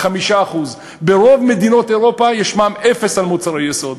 5%. ברוב מדינות אירופה יש מע"מ אפס על מוצרי יסוד.